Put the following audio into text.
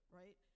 right